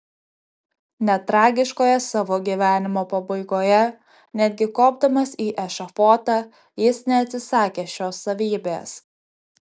net tragiškoje savo gyvenimo pabaigoje netgi kopdamas į ešafotą jis neatsisakė šios savybės